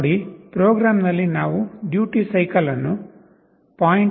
ನೋಡಿ ಪ್ರೋಗ್ರಾಂನಲ್ಲಿ ನಾವು ಡ್ಯೂಟಿ ಸೈಕಲ್ ಅನ್ನು 0